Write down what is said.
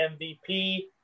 MVP